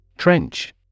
Trench